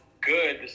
good